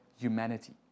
humanity